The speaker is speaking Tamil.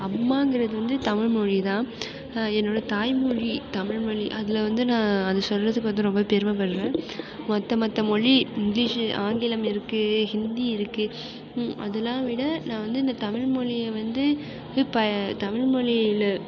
அம்மாங்கிறது வந்து தமிழ்மொழிதான் என்னோட தாய்மொழி தமிழ்மொழி அதில் வந்து நான் அது சொல்றதுக்கு வந்து ரொம்ப பெருமைப்படுறேன் மற்ற மற்ற மொழி இங்கிலீஷு ஆங்கிலம் இருக்கு ஹிந்தி இருக்கு அதெலாம் விட நான் வந்து இந்த தமிழ்மொழியை வந்து இப்போ தமிழ்மொழியில்